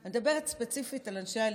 אני מדברת ספציפית על אנשי הליכוד,